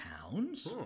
pounds